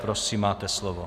Prosím, máte slovo.